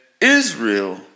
Israel